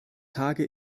tage